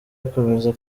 akomeza